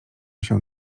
się